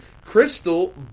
crystal